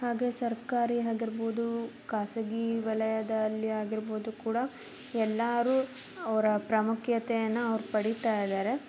ಹಾಗೆ ಸರ್ಕಾರಿ ಆಗಿರ್ಬೌದು ಖಾಸಗಿ ವಲಯದಲ್ಲಿ ಆಗಿರ್ಬೌದು ಕೂಡ ಎಲ್ಲರೂ ಅವರ ಪ್ರಾಮುಖ್ಯತೆಯನ್ನು ಅವ್ರು ಪಡೀತಾ ಇದ್ದಾರೆ